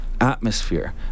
atmosphere